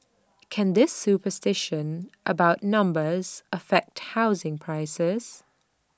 can this superstition about numbers affect housing prices